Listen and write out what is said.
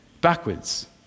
backwards